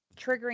triggering